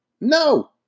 No